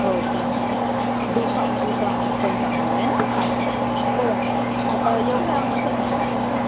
हो का D pharm B pharm हे पण चांगलं आहे ना हो हो आता एवढ्यामध्ये हं